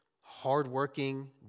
hardworking